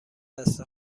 دست